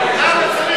נכון.